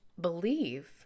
believe